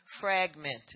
fragmented